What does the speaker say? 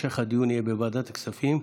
המשך הדיון יהיה בוועדת הכספים.